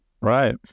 Right